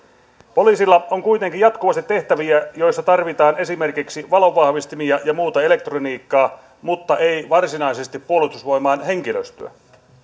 poliisilla on kuitenkin jatkuvasti tehtäviä joissa tarvitaan esimerkiksi valonvahvistimia ja muuta elektroniikkaa mutta ei varsinaisesti puolustusvoimain henkilöstöä